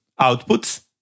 outputs